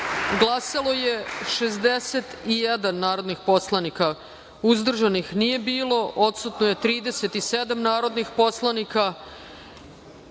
glasao je 61 narodni poslanik, uzdržanih nije bilo, odsutno je 37 narodnih poslanika,